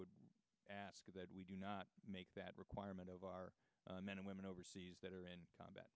would ask that we do not make that requirement of our men and women overseas that are in combat